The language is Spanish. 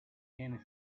tienen